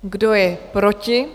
Kdo je proti?